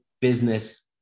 business